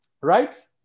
right